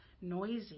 noisy